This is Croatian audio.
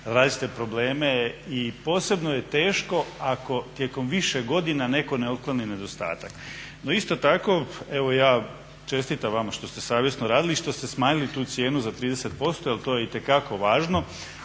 različite probleme i posebno je teško ako tijekom više godina netko ne otkloni nedostatak. No isto tako, evo ja čestitam vama što ste savjesno radili i što ste smanjili tu cijenu za 30% jer to je itekako važno